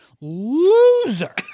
loser